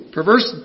Perverse